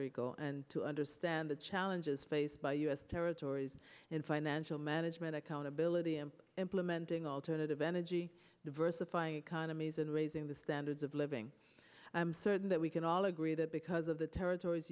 rico and to understand the challenges faced by u s territories in financial management accountability and implementing alternative energy diversifying economies and raising the standards of living i'm certain that we can all agree that because of the territor